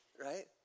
right